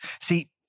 See